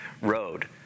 road